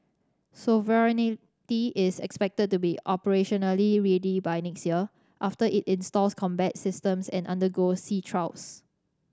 sovereignty is expected to be operationally ready by next year after it installs combat systems and undergoes sea trials